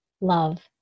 love